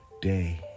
day